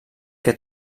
que